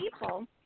people